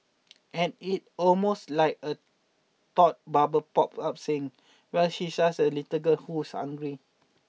and it almost like a thought bubble pops up saying well she's just a little girl who's hungry